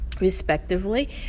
respectively